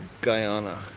Guyana